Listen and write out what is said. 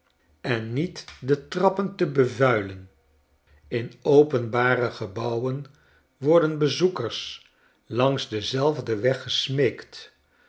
en niet de trappen te bevuilen in openbare gebouwen worden bezoekers langs denzelfden